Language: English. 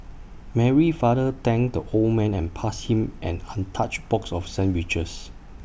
Mary's father thanked the old man and passed him an untouched box of sandwiches